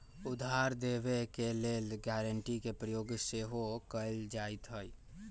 उधार देबऐ के लेल गराँटी के प्रयोग सेहो कएल जाइत हइ